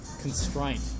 constraint